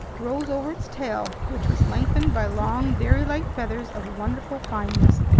rose over its tail, which was lengthened by long, very light feathers of wonderful fineness,